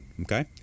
Okay